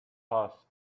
passed